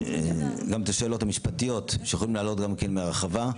גם את השאלות המשפטיות שיכולים לעלות גם כן לרחבה,